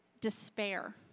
despair